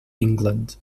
england